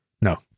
No